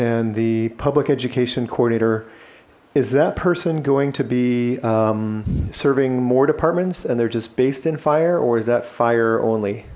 and the public education coordinator is that person going to be serving more departments and they're just based in fire or is that fire only